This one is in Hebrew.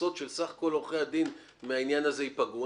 שההכנסות של עורכי הדין מהעניין הזה ייפגעו,